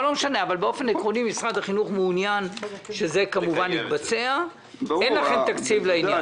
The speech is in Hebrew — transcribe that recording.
באופן עקרוני משרד החינוך מעוניין שזה יתבצע ואין לכם תקציב לעניין.